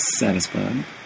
satisfied